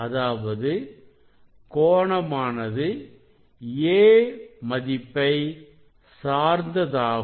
அதாவது கோணமானது a மதிப்பை சார்ந்ததாகும்